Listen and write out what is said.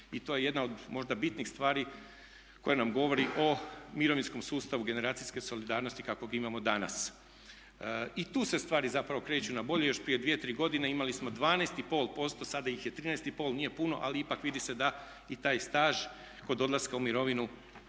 I to je jedna od možda bitnih stvari koja nam govori o mirovinskom sustavu generacijske solidarnosti kakvog imamo danas. I tu se stvari zapravo kreću na bolje. Još prije dvije, tri godine imali smo 12,5%, sada ih je 13,5%. Nije puno ali ipak vidi se da i taj staž kod odlaska u mirovinu